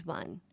one